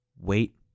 wait